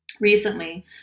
recently